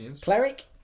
Cleric